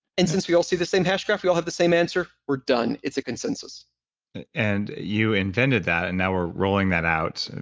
and since we all see the same hash graph, we all have the same answer. we're done. it's a consensus and you invented that, and now we're rolling that out,